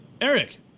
Eric